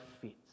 fits